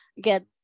get